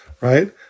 right